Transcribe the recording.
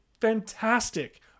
fantastic